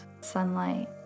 sunlight